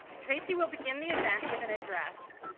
tracy will begin the event with an address,